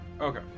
Okay